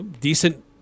decent